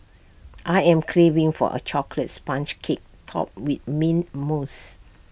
I am craving for A Chocolate Sponge Cake Topped with Mint Mousse